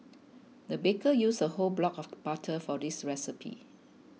the baker used a whole block of butter for this recipe